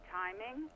timing